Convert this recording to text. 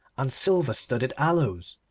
and silver-studded aloes.